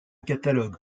catalogue